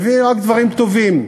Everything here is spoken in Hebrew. מביאים רק דברים טובים,